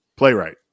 Playwright